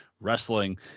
wrestling